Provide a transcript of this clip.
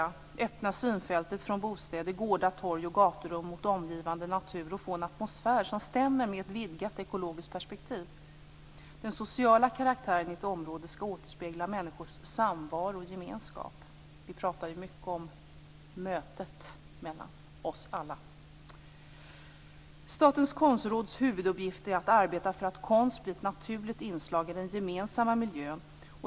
Det kan öppna synfältet från bostäder, gårdar, torg och gaturum mot omgivande natur och ge en atmosfär som stämmer med ett vidgat ekologiskt perspektiv. Den sociala karaktären i ett område skall återspegla människors samvaro och gemenskap. Vi pratar ju mycket om mötet mellan oss alla. Statens konstråds huvuduppgift är att arbeta för att konst blir ett naturligt inslag i den gemensamma miljön.